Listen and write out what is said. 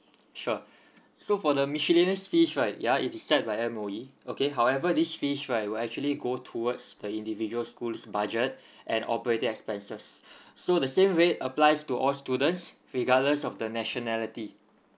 sure so for the miscellaneous fees right ya it decide by M_O_E okay however this fees right will actually go towards the individual school's budget and operating expenses so the same rate applies to all students regardless of the nationality